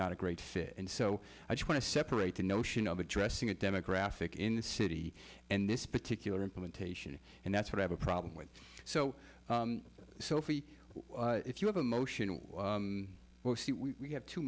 not a great fit and so i just want to separate the notion of addressing a demographic in the city and this particular implementation and that's what i have a problem with so so if we if you have a motion and we have to we have